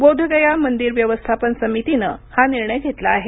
बोध गया मंदिर व्यवस्थापन समितीने हा निर्णय घेतला आहे